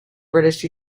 british